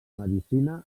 medicina